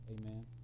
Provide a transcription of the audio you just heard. Amen